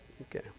Okay